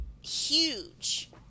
huge